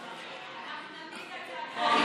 אנחנו לא מתנגדים להצעת החוק.